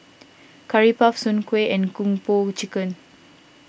Curry Puff Soon Kueh and Kung Po Chicken